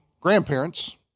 grandparents